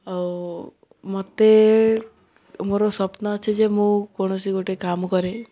ଆଉ ମୋତେ ମୋର ସ୍ୱପ୍ନ ଅଛି ଯେ ମୁଁ କୌଣସି ଗୋଟେ କାମ କରେ